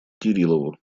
кириллову